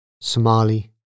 Somali